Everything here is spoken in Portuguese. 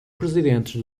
presidentes